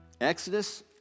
Exodus